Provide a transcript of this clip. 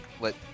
let